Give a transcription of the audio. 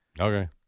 Okay